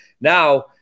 Now